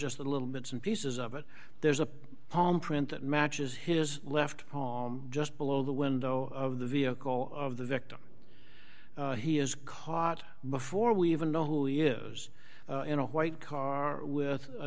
just the little bits and pieces of it there's a palm print that matches his left palm just below the window of the vehicle of the victim he is caught before we even know who he is in a white car with a